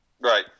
Right